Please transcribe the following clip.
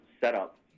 setup